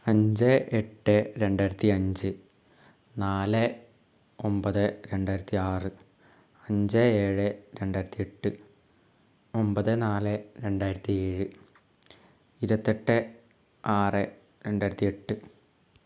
അഞ്ച് എട്ട് രണ്ടായിരത്തി അഞ്ച് നാല് ഒമ്പത് രണ്ടായിരത്തി ആറ് അഞ്ച് ഏഴ് രണ്ടായിരത്തി എട്ട് ഒമ്പത് നാല് രണ്ടായിരത്തി ഏഴ്